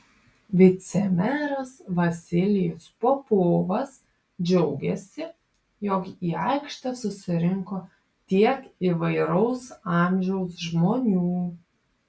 vicemeras vasilijus popovas džiaugėsi jog į aikštę susirinko tiek įvairaus amžiaus žmonių